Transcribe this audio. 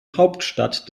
hauptstadt